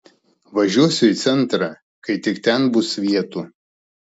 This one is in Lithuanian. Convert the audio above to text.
važiuosiu į centrą kai tik ten bus vietų